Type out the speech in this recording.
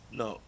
no